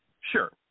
Sure